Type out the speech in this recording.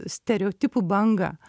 stereotipų bangą